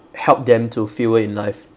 help them to fuel in life